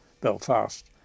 Belfast